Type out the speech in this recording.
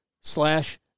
slash